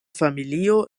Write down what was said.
familio